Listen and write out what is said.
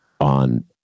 on